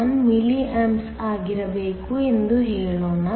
1 milliamps ಆಗಿರಬೇಕು ಎಂದು ಹೇಳೋಣ